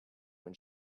when